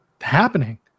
happening